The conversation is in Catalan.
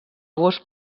gos